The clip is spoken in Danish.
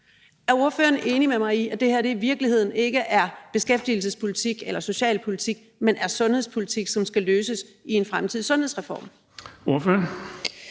Er ordføreren enig med mig i, at det her i virkeligheden ikke er beskæftigelsespolitik eller socialpolitik, men er sundhedspolitik, som skal løses i en fremtidig sundhedsreform? Kl.